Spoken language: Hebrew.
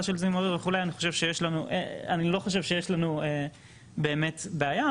של זיהום אוויר וכו' אני לא חושב שיש לנו באמת בעיה.